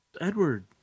Edward